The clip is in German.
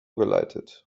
geleitet